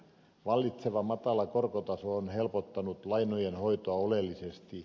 vallitseva matala korkotaso on helpottanut lainojen hoitoa oleellisesti